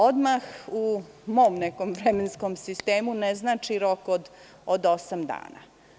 Odmah u mom nekom vremenskom sistemu ne znači rok od osam dana.